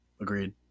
agreed